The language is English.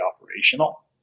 operational